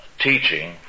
teaching